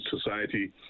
society